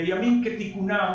בימים כתיקונם,